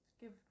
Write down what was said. give